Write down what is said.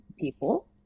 people